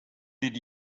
did